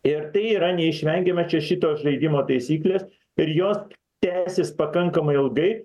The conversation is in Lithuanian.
ir tai yra neišvengiama čia šitos žaidimo taisyklės ir jos tęsis pakankamai ilgai